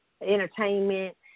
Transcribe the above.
entertainment